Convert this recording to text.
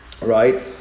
Right